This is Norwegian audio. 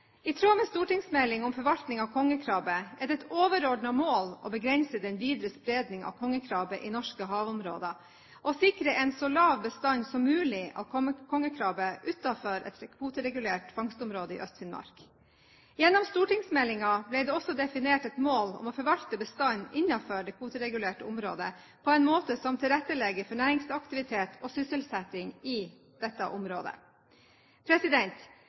I tråd med stortingsmeldingen Forvaltning av kongekrabbe er det et overordnet mål å begrense den videre spredning av kongekrabbe i norske havområder og sikre en så lav bestand som mulig av kongekrabbe utenfor et kvoteregulert fangstområde i Øst-Finnmark. Gjennom stortingsmeldingen ble det også definert et mål om å forvalte bestanden innenfor det kvoteregulerte området på en måte som tilrettelegger for næringsaktivitet og sysselsetting i dette området.